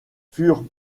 furent